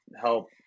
help